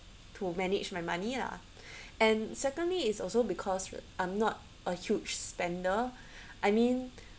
to manage my money lah and secondly is also because I'm not a huge spender I mean